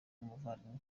n’umuvandimwe